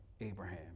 Abraham